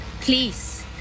Please